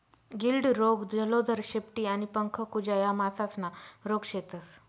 गिल्ड रोग, जलोदर, शेपटी आणि पंख कुजा या मासासना रोग शेतस